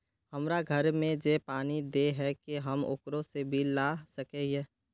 हमरा घर में जे पानी दे है की हम ओकरो से बिल ला सके हिये?